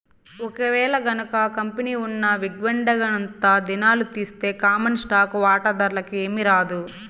ఒకేలగనక కంపెనీ ఉన్న విక్వడేంగనంతా దినాలు తీస్తె కామన్ స్టాకు వాటాదార్లకి ఏమీరాదు